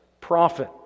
prophet